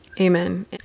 Amen